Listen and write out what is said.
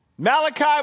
Malachi